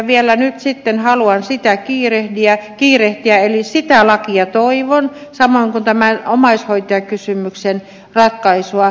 vielä nyt sitten haluan sitä kiirehtiä eli sitä lakia toivon samoin kuin omaishoitajakysymyksen ratkaisua